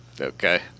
Okay